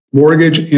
mortgage